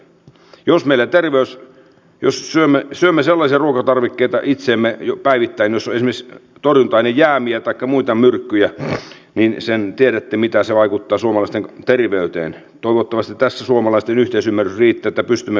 jos mielenterveys jossa me syömme sellaisia ruokatarvikkeita itseemme päivittäinusaines portaalijäämiä taikka muita myrkkyjä niin sen tiedätte mitä se vaikuttaa suomalaisten terveyteen tuottoisinta suomalaisten yhteisymmärrit tätä pystymme